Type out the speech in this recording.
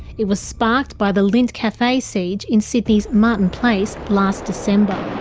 it was sparked by the lindt cafe siege in sydney's martin place last december.